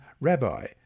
Rabbi